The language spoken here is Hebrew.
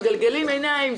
מגלגלים עיניים,